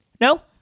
No